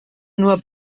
nur